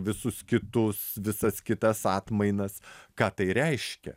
visus kitus visas kitas atmainas ką tai reiškia